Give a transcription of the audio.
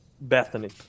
Bethany